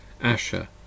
Asher